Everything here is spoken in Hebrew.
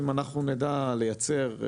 אם אנחנו נדע לייצר,